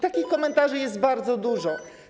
Takich komentarzy jest bardzo dużo.